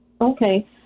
Okay